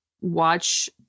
watch